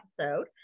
episode